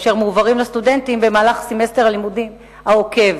אשר מועברים לסטודנטים במהלך סמסטר הלימודים העוקב.